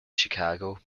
chicago